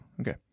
Okay